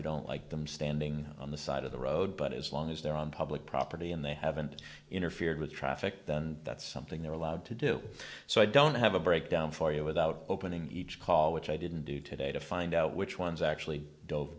you don't like them standing on the side of the road but as long as they're on public property and they haven't interfered with traffic then that's something they're allowed to do so i don't have a breakdown for you without opening each call which i didn't do today to find out which ones actually dove